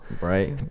Right